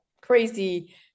crazy